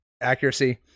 Accuracy